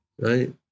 right